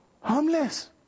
harmless